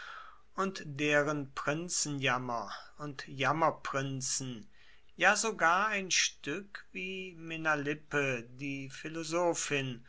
und deren prinzenjammer und jammerprinzen ja sogar ein stueck wie menalippe die